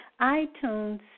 iTunes